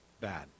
bad